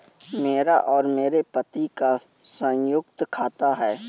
मेरा और मेरे पति का संयुक्त खाता है